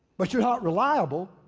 but you're not reliable,